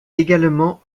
également